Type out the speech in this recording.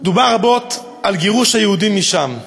דובר רבות על גירוש היהודים משם.